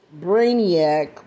brainiac